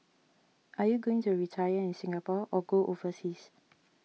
are you going to retire in Singapore or go overseas